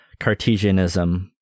Cartesianism